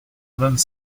vingt